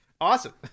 Awesome